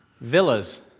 villas